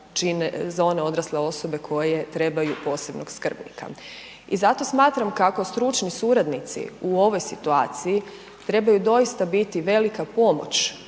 one odrasle osobe koje trebaju posebnog skrbnika i zato smatram kako stručni suradnici u ovoj situaciji trebaju biti velika pomoć